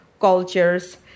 cultures